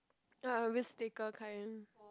risk taker kind